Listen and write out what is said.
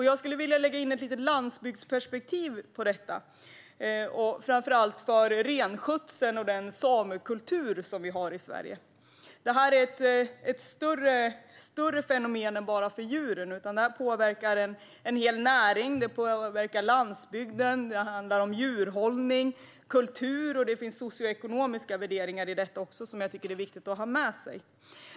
Jag skulle vilja lägga in ett litet landsbygdsperspektiv på detta, framför allt för renskötseln och den samekultur som vi har i Sverige. Detta är ett större fenomen än att bara gälla djuren. Det påverkar en hel näring, det påverkar landsbygden, det handlar om djurhållning och kultur. Det finns också socioekonomiska värderingar i detta som jag tycker är viktiga att ha med sig.